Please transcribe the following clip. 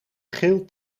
geel